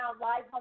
live